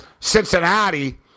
Cincinnati